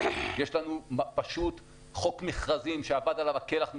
יש לנו פשוט חוק מכרזים שאבד עליו הכלח מזמן,